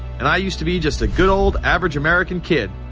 and i used to be just a good old average american kid,